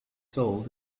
sold